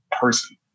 person